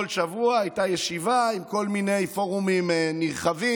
כל שבוע הייתה ישיבה עם כל מיני פורומים נרחבים,